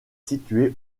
situé